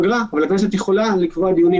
התקנות מטומטמות, הם יכולים לשנות.